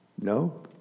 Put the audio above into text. No